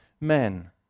men